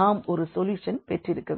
நாம் ஒரு சொல்யூஷன் பெற்றிருக்கவில்லை